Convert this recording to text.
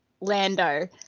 Lando